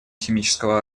химического